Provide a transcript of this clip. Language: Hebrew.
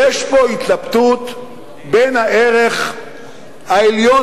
יש פה התלבטות בין הערך העליון,